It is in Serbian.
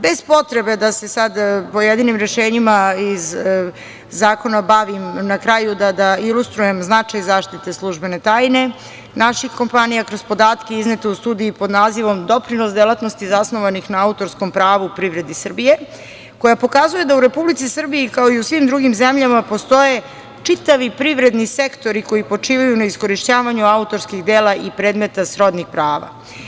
Bez potrebe da se sada pojedinim rešenjima iz zakona bavim, na kraju da ilustrujem značaj zaštite službene tajne naših kompanija, kroz podatke iznete u studiji pod nazivom „Doprinos delatnosti zasnovanih na autorskom pravu privredi Srbije“ koja pokazuje da u Republici Srbiji, kao i u svim zemljama postoje čitavi privredni sektori koji počivaju na iskorišćavanju autorskih dela i predmeta srodnih prava.